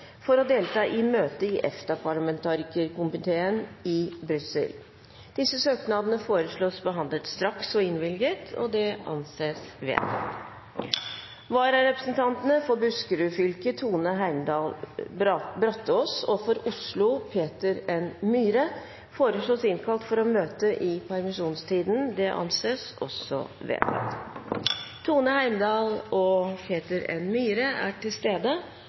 for å delta i møte i EFTA-parlamentarikerkomiteen i Brussel Etter forslag fra presidenten ble enstemmig besluttet: Søknadene behandles straks og innvilges. Følgende vararepresentanter innkalles for å møte i permisjonstiden: – For Buskerud fylke: Tone Heimdal Brataas– For Oslo: Peter N. Myhre Tone Heimdal Brataas og Peter N. Myhre er til stede